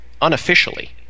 unofficially